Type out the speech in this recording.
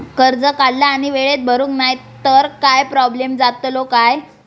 कर्ज काढला आणि वेळेत भरुक नाय तर काय प्रोब्लेम जातलो काय?